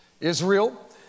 Israel